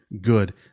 good